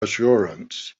assurance